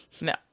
No